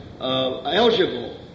eligible